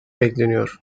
bekleniyor